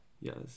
Yes